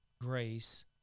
grace